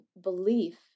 belief